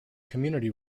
community